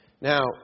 Now